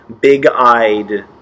big-eyed